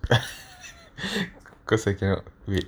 cause I cannot wait